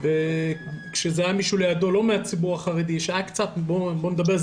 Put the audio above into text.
קנס וכשהיה מישהו לא מהציבור החרדי אולי זה